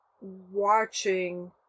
watching